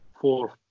four